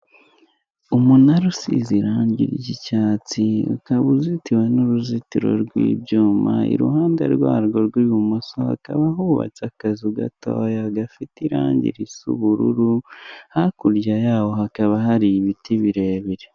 Umunara usize irangi ry'icyatsi ukaba uzitiwe n'uruzitiro rw'ibyuma iruhande rwarwo rw'ibumoso haba hubatse akazu gatoya gafite irangi risa ubururu hakurya yaho hakaba hari ibiti birebire.